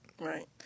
Right